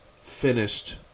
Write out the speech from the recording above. finished